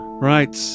Right